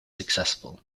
successful